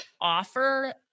offer